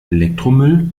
elektromüll